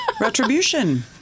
Retribution